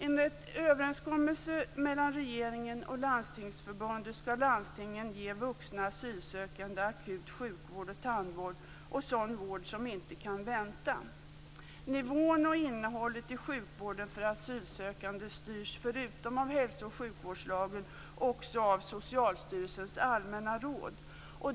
Enligt en överenskommelse mellan regeringen och Landstingsförbundet skall landstingen ge vuxna asylsökande akut sjukvård och tandvård och sådan vård som inte kan vänta. Nivån och innehållet i sjukvården för asylsökande styrs förutom av hälso och sjukvårdslagen också av Socialstyrelsens allmänna råd.